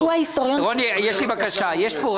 רוני, יש לי בקשה אליך.